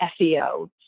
SEO